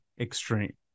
extreme